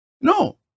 No